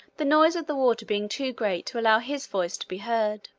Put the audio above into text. the noise of the water being too great to allow his voice to be heard.